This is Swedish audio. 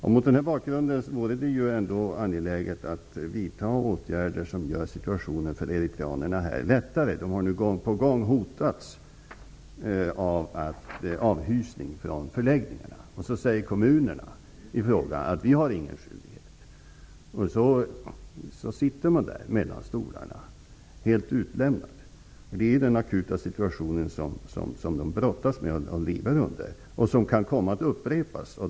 Mot den bakgrunden är det angeläget att vidta åtgärder som gör situationen lättare för de eritreaner som är här. De har gång på gång hotats av avhysning från förläggningarna. Kommunerna i fråga säger att de inte har någon skyldighet. Därför sitter de mellan stolarna, helt utelämnade. Det är den akuta situation som de brottas med och lever under, som kan komma att upprepas.